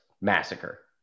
massacre